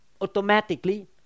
automatically